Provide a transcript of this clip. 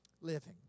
living